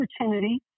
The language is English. Opportunity